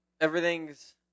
Everything's –